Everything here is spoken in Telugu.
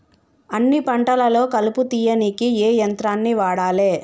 అన్ని పంటలలో కలుపు తీయనీకి ఏ యంత్రాన్ని వాడాలే?